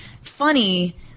funny